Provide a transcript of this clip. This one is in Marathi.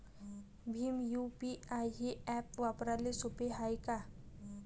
भीम यू.पी.आय हे ॲप वापराले सोपे हाय का?